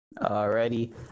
Alrighty